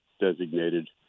designated